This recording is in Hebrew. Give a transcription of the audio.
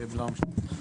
יוגב, בבקשה.